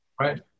Right